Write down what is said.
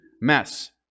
mess